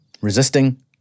resisting